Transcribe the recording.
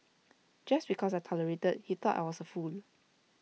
just because I tolerated he thought I was A fool